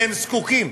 והם זקוקים.